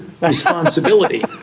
responsibility